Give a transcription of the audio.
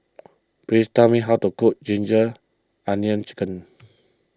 please tell me how to cook Ginger Onions Chicken